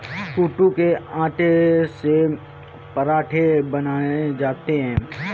कूटू के आटे से पराठे बनाये जाते है